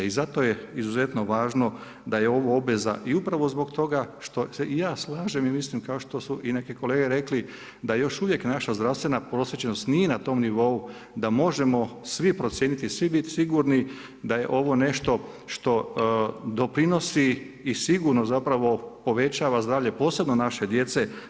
I zato je izuzetno važno da je ovo obveza i upravo zbog toga što se i ja slažem i mislim kao što su i neki kolege rekli da još uvijek naša zdravstvena prosvjećenost nije na tom nivou da možemo svi procijeniti, svi bit sigurni da je ovo nešto što doprinosi i sigurno zapravo povećava zdravlje posebno naše djece.